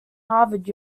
harvard